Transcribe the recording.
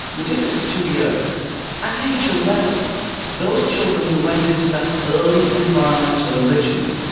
we did it for two years at age eleven those children who went into that early environmental enrichment,